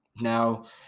Now